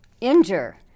injure